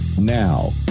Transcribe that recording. Now